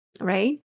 right